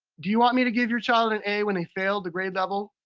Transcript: do you want me to give your child an a when they failed the grade level?